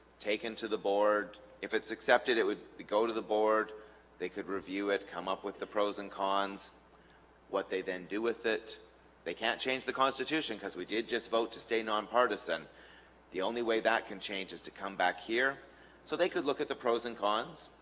taken to the board if it's accepted it would go to the board they could review it come up with the pros and cons what they then do with it they can't change the constitution because we did just vote to stay nonpartisan the only way that can change is to come back here so they could look at the pros and cons